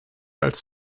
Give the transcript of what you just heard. als